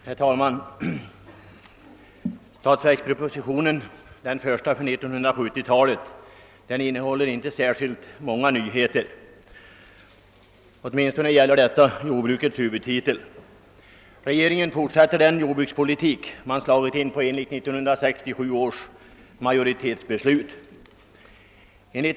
Herr talman! Årets statsverksproposition — den första på 1970-talet — innehåller inte särskilt många nyheter; åtminstone gäller detta jordbrukets hu vudtitel. Regeringen fortsätter den jordbrukspolitik den slagit in på enligt 1967 års majoritetsbeslut.